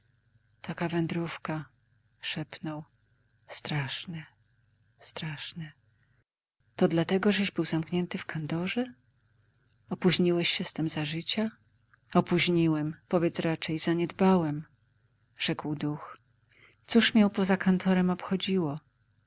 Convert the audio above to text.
taka wędrówka szepnął straszne straszne to dlatego żeś był zamknięty w kantorze opóźniłeś się z tem za życia opóźniłem powiedz raczej zaniedbałem rzekł duch cóż mię poza kantorem obchodziło